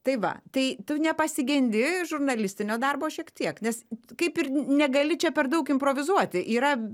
tai va tai tu nepasigendi žurnalistinio darbo šiek tiek nes kaip ir negali čia per daug improvizuoti yra